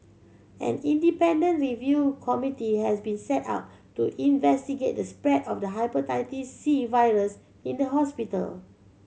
an independent review committee has been set up to investigate the spread of the Hepatitis C virus in the hospital